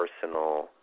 Personal